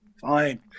fine